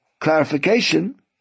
clarification